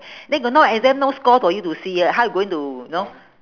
then got no exam no score for you to see ah how you going to you know